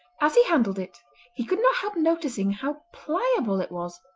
as he handled it he could not help noticing how pliable it was,